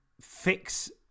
fix